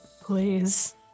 Please